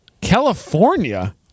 California